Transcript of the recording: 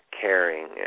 caring